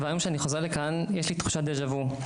והיום כשאני חוזר לכאן יש לי תחושת דה ז'ה וו,